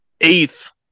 eighth